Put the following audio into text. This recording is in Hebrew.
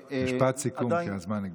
משפט סיכום, כי הזמן נגמר.